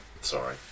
Sorry